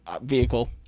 vehicle